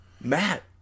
Matt